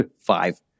five